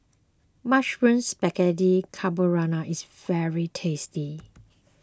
Mushroom Spaghetti Carbonara is very tasty